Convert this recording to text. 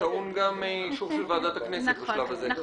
טעון גם אישור של ועדת הכנסת בשלב זה.